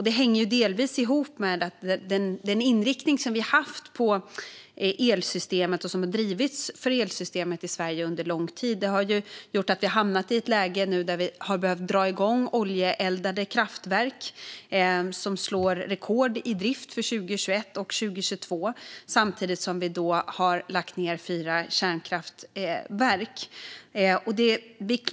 Det hänger delvis ihop med att den inriktning vi har haft och som under lång tid har drivits när det gäller elsystemet i Sverige har gjort att vi har hamnat i ett läge där vi har behövt dra igång oljeeldade kraftverk, där driften slår rekord 2021 och 2022, samtidigt som vi har lagt ned fyra kärnkraftverk.